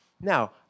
Now